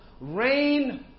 Rain